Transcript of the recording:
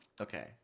Okay